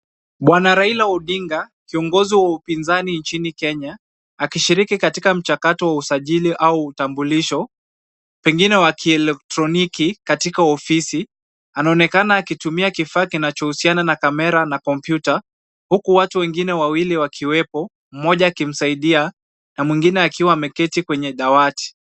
Bwana Raila Odinga, kiongozi wa upinzani nchini Kenya akishiriki katika mchakato wa usajili au utambulisho, pengine wa kielektroniki katika ofisi. Anaonekana akitumia kifaa kinachohusiana na kamera na kompyuta huku watu wengine wawili wakiwepo, mmoja akimsaidia na mwingine akiwa ameketi kwenye dawati.